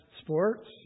sports